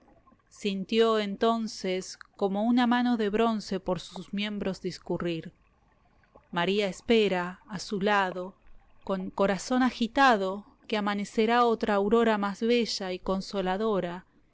sintió entonce como una mano de bronce por sus miembros discurrir maría espera a su lado con corazón agitado que amanecerá otra aurora más bella y consoladora